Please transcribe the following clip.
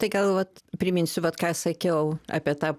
tai gal vat priminsiu vat ką sakiau apie tą